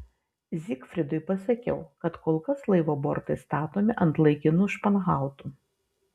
zygfridui pasakiau kad kol kas laivo bortai statomi ant laikinų španhautų